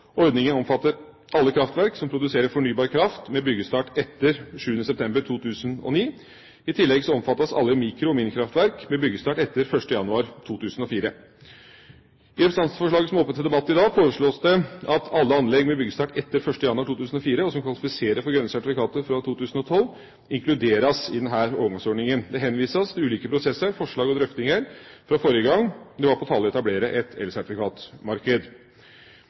Ordningen omfatter alle kraftverk som produserer fornybar kraft med byggestart etter 7. september 2009. I tillegg omfattes alle mikro- og minikraftverk med byggestart etter 1. januar 2004. I representantforslaget som er oppe til debatt i dag, foreslås det at «alle anlegg med byggestart fra og med 1. januar 2004, og som kvalifiserer for grønne sertifikater fra 2012, inkluderes i denne overgangsordningen». Det henvises til ulike prosesser, forslag og drøftinger fra forrige gang det var på tale å etablere et elsertifikatmarked.